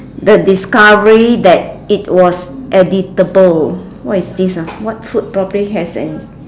the discovery that it was edible what is this ah what food probably has an